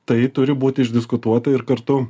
tai turi būti išdiskutuota ir kartu